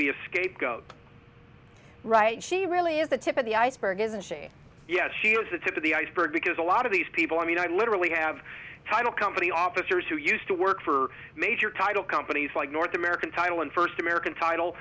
be a scapegoat right he really is the tip of the iceberg and yes she is the tip of the iceberg because a lot of these people i mean i literally have title company officers who used to work for major title companies like north american title and first american